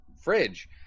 fridge